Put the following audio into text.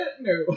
no